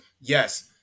yes